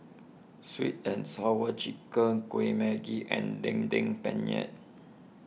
Sweet and Sour Chicken Kuih Manggis and Daging Penyet